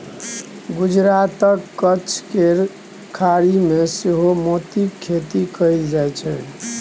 गुजरातक कच्छ केर खाड़ी मे सेहो मोतीक खेती कएल जाइत छै